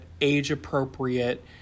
age-appropriate